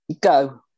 Go